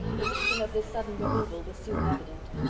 the reason of this sudden removal was soon evident.